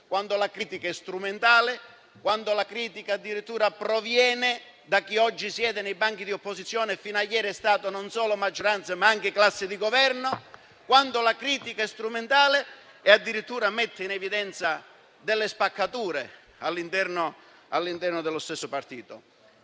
quando la critica è strumentale e addirittura proviene da chi oggi siede nei banchi dell'opposizione: da chi fino a ieri è stato non solo maggioranza, ma anche classe di Governo, quando la critica addirittura mette in evidenza delle spaccature all'interno dello stesso partito.